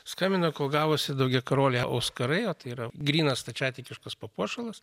skambino kol gavusi daugiakaroliai auskarai o tai yra grynas stačiatikiškas papuošalas